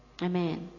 Amen